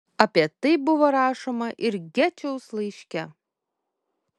apie tai buvo rašoma ir gečiaus laiške